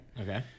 Okay